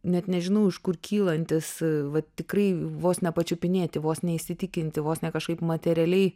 net nežinau iš kur kylantis va tikrai vos ne pačiupinėti vos ne įsitikinti vos ne kažkaip materialiai